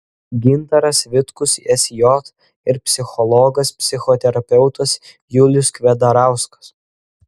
gintaras vitkus sj ir psichologas psichoterapeutas julius kvedarauskas